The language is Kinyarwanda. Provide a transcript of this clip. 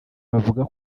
bavuga